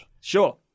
Sure